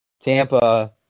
Tampa –